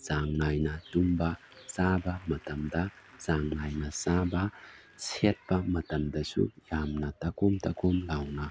ꯆꯥꯡ ꯅꯥꯏꯅ ꯇꯨꯝꯕ ꯆꯥꯕ ꯃꯇꯝꯗ ꯆꯥꯡ ꯅꯥꯏꯅ ꯆꯥꯕ ꯁꯦꯠꯄ ꯃꯇꯝꯗꯁꯨ ꯌꯥꯝꯅ ꯇꯀꯣꯝ ꯇꯀꯣꯝ ꯂꯥꯎꯅ